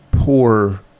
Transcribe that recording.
poor